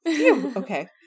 okay